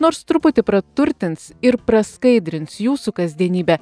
nors truputį praturtins ir praskaidrins jūsų kasdienybę